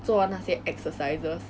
what about you